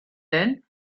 then